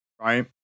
Right